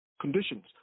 conditions